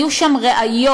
היו שם ראיות,